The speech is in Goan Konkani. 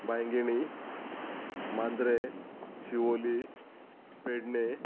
बांयगिणी मांद्रें शिवोली पेडणें